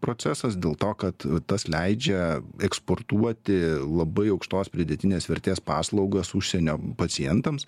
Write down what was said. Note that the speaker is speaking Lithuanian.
procesas dėl to kad tas leidžia eksportuoti labai aukštos pridėtinės vertės paslaugas užsienio pacientams